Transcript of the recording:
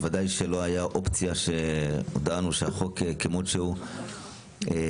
ודאי לא הייתה אופציה שהחוק כמות שהוא יוצג.